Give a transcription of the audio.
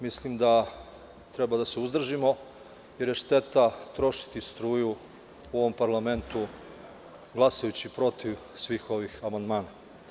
Mislim da treba da se uzdržimo jer je šteta trošiti struju u ovom parlamentu glasajući protiv svih ovih amandmana.